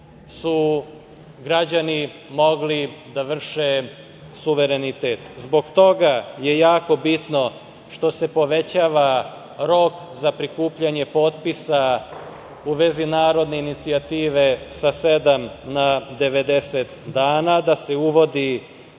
su građani mogli da vrše suverenitet. Zbog toga je jako bitno što se povećava rok za prikupljanje potpisa u vezi narodne inicijative sa 7 na 90 dana, da se uvode